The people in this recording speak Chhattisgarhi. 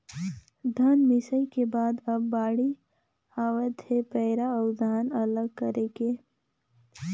धन मिंसई के बाद अब बाड़ी आवत हे पैरा अउ धान अलग करे के